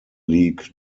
league